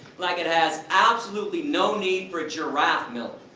like it has absolutely no need for giraffe milk.